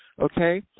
okay